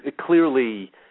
clearly